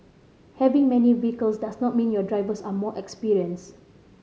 having many vehicles does not mean your drivers are more experienced